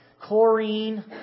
chlorine